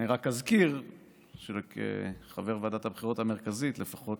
אני רק אזכיר שכחבר ועדת הבחירות המרכזית לפחות